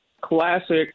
classic